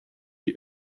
die